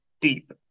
Deep